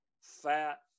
fat